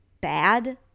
bad